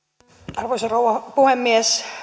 arvoisa rouva puhemies